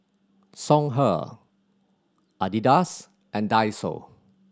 Songhe Adidas and Daiso